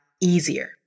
easier